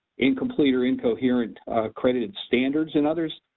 incomplete or incoherent accredited standards in other,